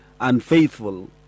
unfaithful